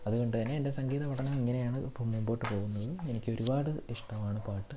അതുകൊണ്ട് തന്നെ എൻ്റെ സംഗീത പഠനം ഇങ്ങനെയാണ് ഇപ്പോൾ മുമ്പോട്ട് പോകുന്നത് എനിക്ക് ഒരുപാട് ഇഷ്ടമാണ് പാട്ട്